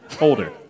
Older